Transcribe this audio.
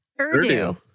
Urdu